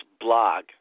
blog